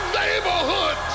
neighborhood